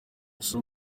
ese